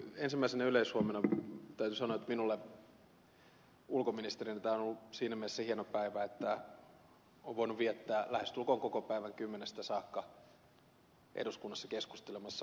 ensimmäisenä yleishuomiona täytyy sanoa että minulle ulkoministerinä tämä on ollut siinä mielessä hieno päivä että on voinut viettää lähestulkoon koko päivän kymmenestä saakka eduskunnassa keskustelemassa ulko turvallisuus ja puolustuspolitiikasta